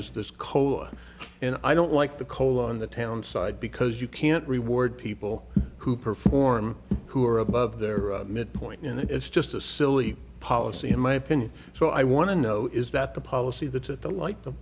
is this cola and i don't like the cold on the town side because you can't reward people who perform who are above their midpoint and it's just a silly policy in my opinion so i want to know is that the policy that's at the like the